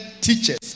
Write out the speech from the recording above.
teachers